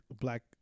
black